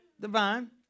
Divine